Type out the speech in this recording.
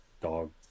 dog